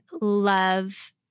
love